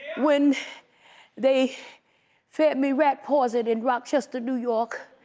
when they fed me rat poison in rochester, new york.